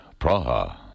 Praha